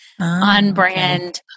on-brand